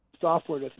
software